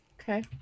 Okay